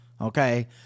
okay